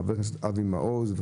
חבר הכנסת אבי מעוז,